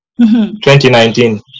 2019